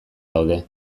daude